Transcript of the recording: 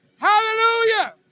Hallelujah